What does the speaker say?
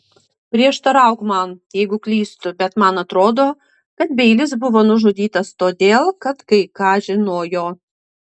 prieštarauk man jeigu klystu bet man atrodo kad beilis buvo nužudytas todėl kad kai ką žinojo